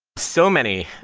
so many.